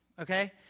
okay